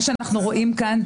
מה שאנחנו רואים כאן,